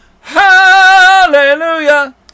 Hallelujah